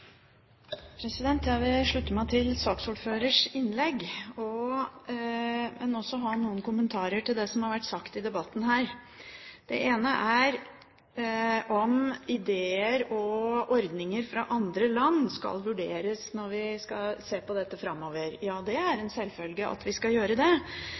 Jeg vil slutte meg til saksordførerens innlegg, men har også noen kommentarer til det som har vært sagt i debatten her. Det ene er om ideer og ordninger fra andre land